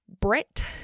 Brett